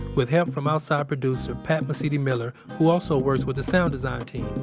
with help from outside producer pat mesiti-miller who also works with the sound design team.